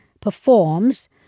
performs